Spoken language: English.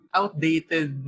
outdated